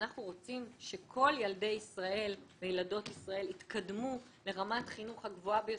אנחנו רוצים שכל ילדי וילדות ישראל יתקדמו לרמת חינוך הגבוהה ביותר,